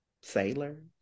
Sailor